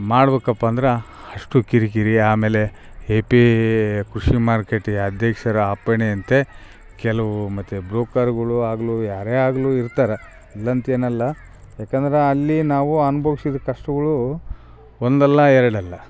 ಮಾಡ್ಬೇಕಪ್ಪಾ ಅಂದ್ರೆ ಅಷ್ಟು ಕಿರಿಕಿರಿ ಆಮೇಲೆ ಈ ಪೀ ಕೃಷಿ ಮಾರ್ಕಟ್ಟೆಯ ಅಧ್ಯಕ್ಷರ ಅಪ್ಪಣೆಯಂತೆ ಕೆಲವು ಮತ್ತು ಬ್ರೋಕರ್ಗಳು ಆಗ್ಲಿ ಯಾರೇ ಆಗ್ಲಿ ಇರ್ತಾರೆ ಇಲ್ಲಂತೇನಲ್ಲ ಯಾಕಂದ್ರೆ ಅಲ್ಲಿ ನಾವು ಅನ್ಬೋಗ್ಸಿದ ಕಷ್ಟಗಳು ಒಂದಲ್ಲಾ ಎರಡಲ್ಲಾ